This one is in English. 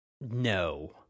No